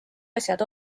asjad